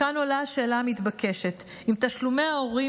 כאן עולה השאלה המתבקשת: אם תשלומי ההורים